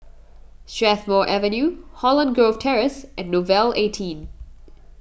Strathmore Avenue Holland Grove Terrace and Nouvel eighteen